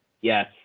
Yes